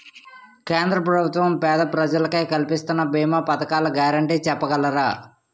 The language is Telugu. కేంద్ర ప్రభుత్వం పేద ప్రజలకై కలిపిస్తున్న భీమా పథకాల గ్యారంటీ చెప్పగలరా?